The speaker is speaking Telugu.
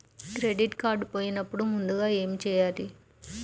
క్రెడిట్ కార్డ్ పోయినపుడు ముందుగా ఏమి చేయాలి?